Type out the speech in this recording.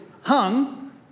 hung